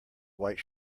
white